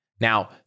Now